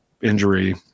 injury